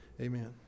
Amen